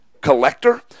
collector